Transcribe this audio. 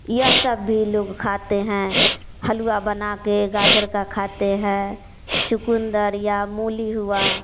यह सब भी लोग खाते हैं हलवा बना के गाजर का खाते हैं चुक़ंदर या मूली हुआ